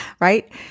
right